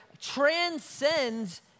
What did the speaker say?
transcends